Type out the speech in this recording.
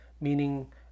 meaning